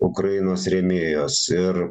ukrainos rėmėjos ir